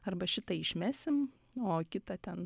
arba šitą išmesim o kitą ten